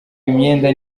imyenda